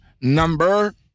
number